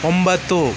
ಒಂಬತ್ತು